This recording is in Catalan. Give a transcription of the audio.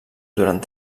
durant